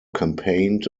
campaigned